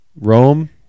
rome